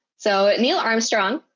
so neil armstrong.